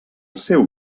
seu